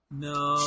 No